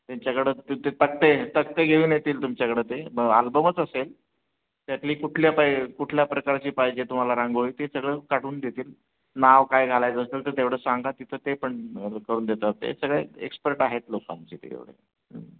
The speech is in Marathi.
त्यांच्याकडं ति ते तक्ते आहेत तक्ते घेऊन येतील तुमच्याकडं ते ब आल्बमच असेल त्यातली कुठल्या पाय कुठल्या प्रकारची पाहिजे तुम्हाला रांगोळी ते सगळं काढून देतील नाव काय घालायचं असेल तर तेवढं सांगा तिथं ते पण करून देतात ते सगळे एक्सपर्ट आहेत लोकांचे ते एवढे